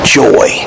joy